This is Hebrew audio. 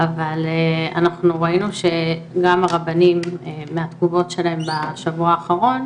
אבל אנחנו ראינו שגם הרבנים מהתגובות שלהם בשבוע האחרון,